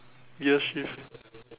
yes yes